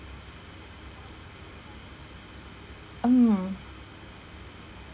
um